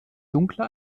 dunkler